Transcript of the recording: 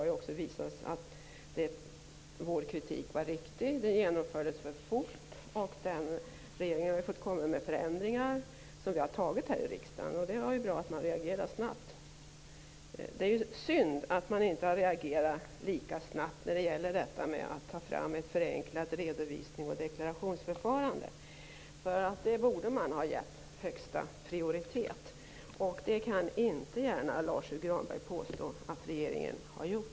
Det har också visat sig att vår kritik var riktig, att det genomfördes för fort. Regeringen har ju fått göra förändringar som vi har beslutat här i riksdagen, och det var ju bra att man reagerade snabbt. Det är synd att man inte har reagerat lika snabbt när det gäller att ta fram ett förenklat redovisningsoch deklarationsförfarande, för det borde man ha gett högsta prioritet. Det kan Lars U Granberg inte gärna påstå att regeringen har gjort.